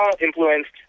influenced